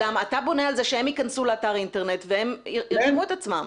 אתה בונה על זה שהם יכנסו לאתר אינטרנט והם ירשמו את עצמם.